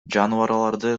жаныбарларды